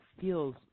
feels